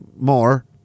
more